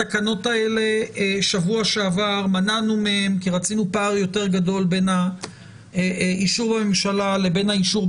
נחיל את התקנות ולאחר מכן נמשיך את הדין ודברים עם הממשלה על תיקונן.